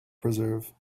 preserve